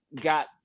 got